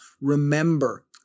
Remember